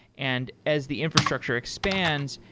and as the infrastructure expands,